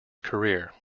career